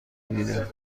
دیدم